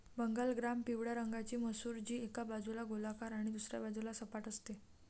Bengal gram पिवळ्या रंगाची मसूर, जी एका बाजूला गोलाकार आणि दुसऱ्या बाजूला सपाट असते